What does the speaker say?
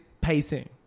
pacing